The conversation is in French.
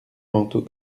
manteau